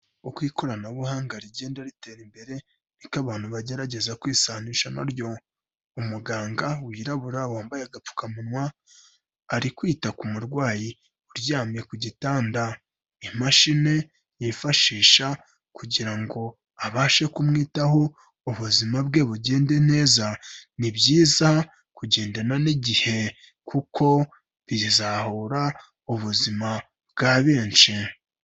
Uko ikoranabuhanga rigenda ritera imbere, niko abantu bagerageza kwisanisha na ryo. Umuganga wirabura wambaye agapfukamunwa ari kwita ku murwayi uryamye ku gitanda. Imashini yifashisha kugira ngo abashe kumwitaho, ubuzima bwe bugende neza. Ni byiza kugendana n'igihe kuko bizahura ubuzima bwa benshi.